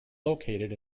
located